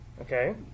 okay